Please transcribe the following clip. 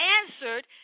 answered